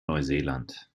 neuseeland